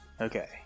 Okay